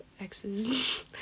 exes